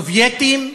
סובייטים,